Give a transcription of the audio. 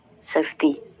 safety